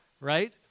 right